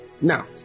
now